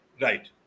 right